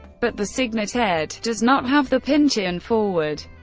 but the signet ed. does not have the pynchon forward.